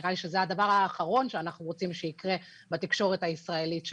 נראה לי שזה הדבר האחרון שאנחנו רוצים שיקרה בתקשורת הישראלית שלנו,